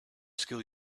school